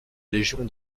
légion